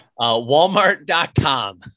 Walmart.com